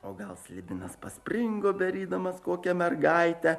o gal slibinas paspringo berydamas kokią mergaitę